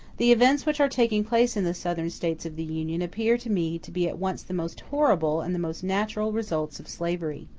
the events which are taking place in the southern states of the union appear to me to be at once the most horrible and the most natural results of slavery.